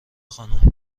خانومزحمت